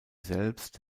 selbst